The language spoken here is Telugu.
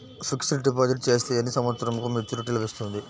ఫిక్స్డ్ డిపాజిట్ చేస్తే ఎన్ని సంవత్సరంకు మెచూరిటీ లభిస్తుంది?